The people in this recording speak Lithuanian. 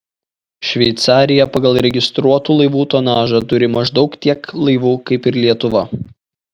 šveicarija pagal registruotų laivų tonažą turi maždaug tiek laivų kaip ir lietuva